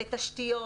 לתשתיות,